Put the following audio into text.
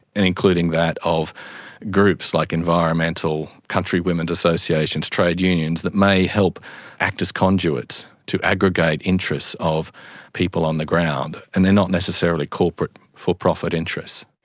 and including that of groups like environmental, country women's associations, trade unions that may help act as conduits, to aggregate interest of people on the ground, and they are not necessarily corporate, for-profit interests.